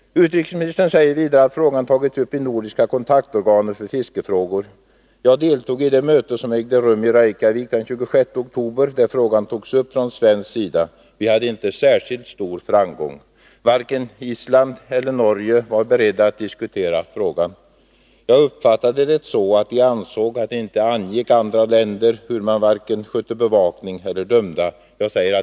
Utrikesministern säger vidare att frågan tagits upp i Nordiska kontaktorganet för fiskefrågor. Jag deltog i det möte som ägde rum i Reykjavik den 26 oktober där frågan togs upp från svensk sida. Vi hade inte särskilt stor framgång. Varken Island eller Norge var beredda att diskutera frågan. Jag uppfattade det så att de ansåg att det inte angick andra länder vare sig hur man skötte bevakning eller hur man dömde.